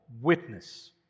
witness